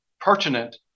pertinent